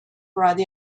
brought